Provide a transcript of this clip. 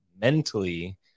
mentally